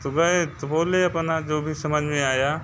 सुबह तो बोले अपना जो भी समझ में आया